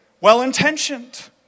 well-intentioned